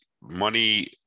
money